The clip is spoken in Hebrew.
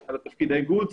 על תפקיד האיגוד.